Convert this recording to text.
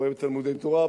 רואה תלמודי-תורה,